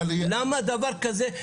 למה דבר כזה,